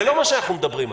זה לא מה שאנחנו מדברים עליו.